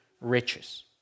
riches